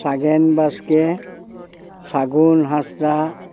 ᱥᱟᱜᱮᱱ ᱵᱟᱥᱠᱮ ᱥᱟᱹᱜᱩᱱ ᱦᱟᱸᱥᱫᱟ